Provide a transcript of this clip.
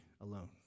alone